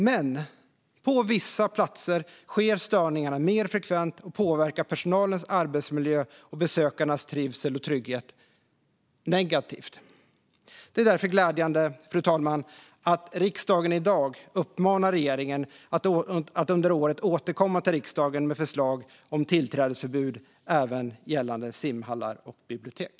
Men på vissa platser sker störningarna mer frekvent och påverkar personalens arbetsmiljö och besökarnas trivsel och trygghet negativt. Det är därför glädjande, fru talman, att riksdagen i dag uppmanar regeringen att under året återkomma till riksdagen med förslag om tillträdesförbud även gällande simhallar och bibliotek.